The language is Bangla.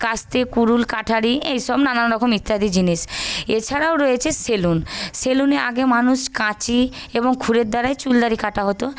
কাস্তে কুড়ুল কাঠারি এইসব নানানরকম ইত্যাদি জিনিস এছাড়াও রয়েছে সেলুন সেলুনে আগে মানুষ কাঁচি এবং ক্ষুরের দ্বারায় চুল দাড়ি কাটা হত